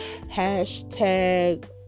hashtag